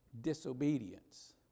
Disobedience